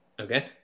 Okay